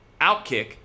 Outkick